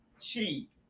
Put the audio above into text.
cheap